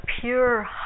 pure